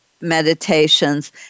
meditations